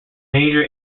major